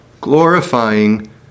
glorifying